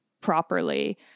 properly